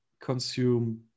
consume